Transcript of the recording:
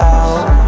out